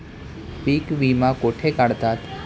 पीक विमा कुठे काढतात?